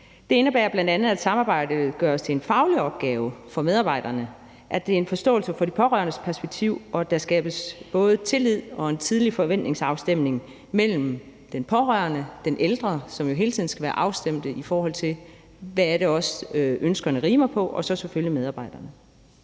Det indebærer bl.a., at samarbejdet gøres til en faglig opgave for medarbejderne, at det er med en forståelse for de pårørendes perspektiv, og at der skabes både tillid og en tidlig forventningsafstemning mellem den pårørende, den ældre – som jo hele tiden skal være afstemt, i forhold til hvad det er, ønskerne rimer på – og så selvfølgelig medarbejderne.